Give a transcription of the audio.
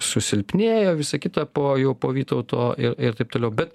susilpnėjo visa kita po jau po vytauto ir ir taip toliau bet